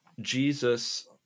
Jesus